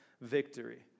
victory